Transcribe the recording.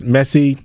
Messi